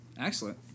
excellent